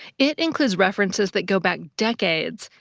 it includes references that go back decades,